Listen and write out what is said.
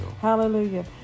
Hallelujah